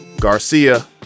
Garcia